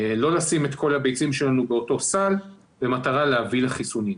לא לשים את כל הביצים שלנו באותו סל מטרה להביא חיסונים.